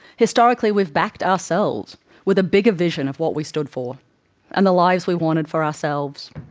historically, we've backed ourselves with a bigger vision of what we stood for and the lives we wanted for ourselves,